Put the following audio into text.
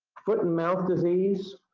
foot and mouth disease.